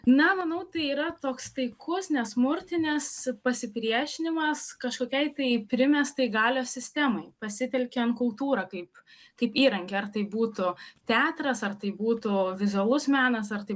na manau tai yra toks taikus nesmurtinis pasipriešinimas kažkokiai tai primestai galios sistemai pasitelkiant kultūrą kaip kaip įrankį ar tai būtų teatras ar tai būtų vizualus menas ar tai